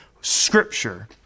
scripture